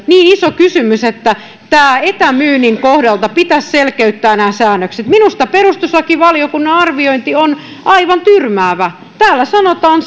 niin iso kysymys että etämyynnin kohdalta pitäisi selkeyttää nämä säännökset minusta perustuslakivaliokunnan arviointi on aivan tyrmäävä siinä sanotaan